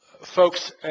folks